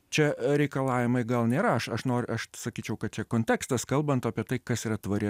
čia reikalavimai gal nėra aš aš noriu aš sakyčiau kad čia kontekstas kalbant apie tai kas yra tvari